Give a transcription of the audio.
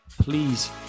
please